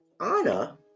Anna